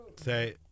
Say